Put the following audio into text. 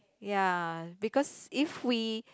ya because if we